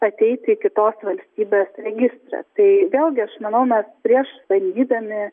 ateiti į kitos valstybės registrą tai vėlgi aš manau mes prieš bandydami